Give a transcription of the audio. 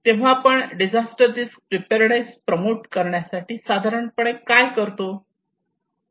तेव्हा आपण disaster risk preparedness promote करण्यासाठी साधारणपणे काय करतो